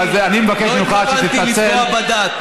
לא התכוונתי לפגוע בדת.